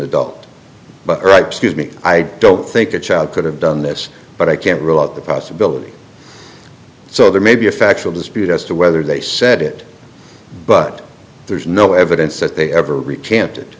adult but right scuse me i don't think a child could have done this but i can't rule out the possibility so there may be a factual dispute as to whether they said it but there's no evidence that they ever recant